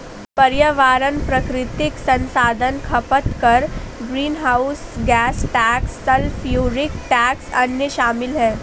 पर्यावरण प्राकृतिक संसाधन खपत कर, greenhouse gas tax, sulphuric tax, अन्य शामिल हैं